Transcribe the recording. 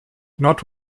not